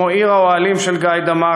כמו עיר האוהלים של גאידמק,